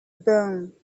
burn